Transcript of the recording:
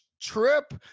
trip